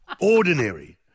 ordinary